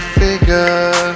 figure